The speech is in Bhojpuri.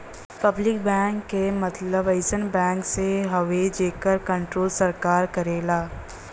पब्लिक बैंक क मतलब अइसन बैंक से हउवे जेकर कण्ट्रोल सरकार करेला